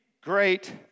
great